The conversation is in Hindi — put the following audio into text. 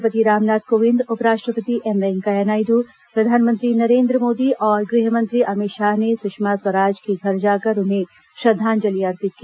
राष्ट्रपति रामनाथ कोविंद उप राष्ट्रपति एम वेंकैया नायड प्रधानमंत्री नरेन्द्र मोदी और गृह मंत्री अमित शाह ने सूषमा स्वराज के घर जाकर उन्हें श्रद्धांजलि अर्पित की